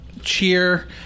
cheer